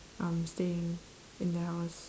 um staying in the house